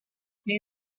que